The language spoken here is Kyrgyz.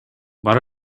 бар